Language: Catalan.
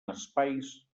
espais